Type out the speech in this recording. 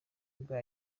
bwa